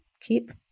keep